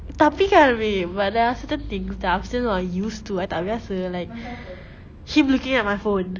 tapi kan babe but there are certain things that I'm still not used to I tak biasa like him looking at my phone